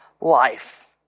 life